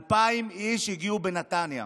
2,000 איש הגיעו, בנתניה.